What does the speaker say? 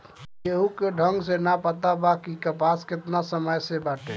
केहू के ढंग से ना पता बा कि कपास केतना समय से बाटे